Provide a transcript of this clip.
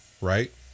right